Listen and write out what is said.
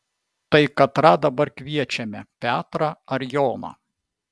tai katrą dabar kviečiame petrą ar joną